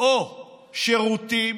או שירותים